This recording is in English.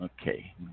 Okay